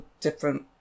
different